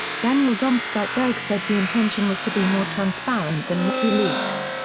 daniel domscheit-berg said the intention was to be more transparent than wikileaks.